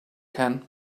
can